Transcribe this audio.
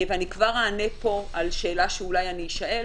אני כבר אענה פה על שאלה שאולי אני אשאל,